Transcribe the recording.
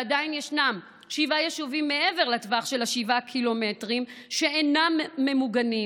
עדיין יש שבעה יישובים מעבר לטווח של 7 קילומטרים שאינם ממוגנים,